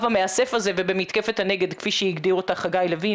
המאסף הזה ובמתקפת הנגד כפי שהגדיר אותה חגי לוין,